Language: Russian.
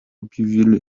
объявили